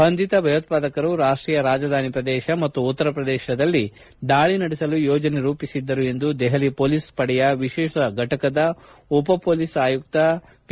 ಬಂಧಿತ ಭಯೋತ್ಪಾದಕರು ರಾಷ್ಟೀಯ ರಾಜಧಾನಿ ಪ್ರದೇಶ ಮತ್ತು ಉತ್ತರ ಪ್ರದೇಶದಲ್ಲಿ ದಾಳಿ ನಡೆಸಲು ಯೋಜನೆ ರೂಪಿಸಿದ್ದರು ಎಂದು ದೆಹಲಿ ಪೊಲೀಸ್ ಪಡೆಯ ವಿಶೇಷ ಫಟಕದ ಉಪ ಪೊಲೀಸ್ ಆಯುಕ್ತ ಪಿ